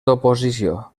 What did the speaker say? oposició